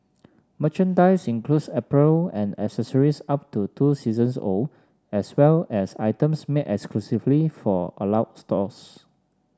merchandise includes apparel and accessories up to two seasons old as well as items made exclusively for stores